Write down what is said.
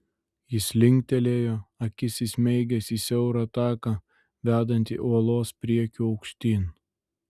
jis linktelėjo akis įsmeigęs į siaurą taką vedantį uolos priekiu aukštyn